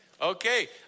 Okay